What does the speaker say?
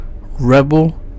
rebel